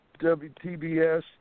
WTBS